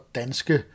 danske